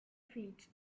feet